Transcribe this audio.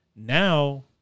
Now